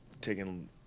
taking